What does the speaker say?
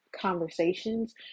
conversations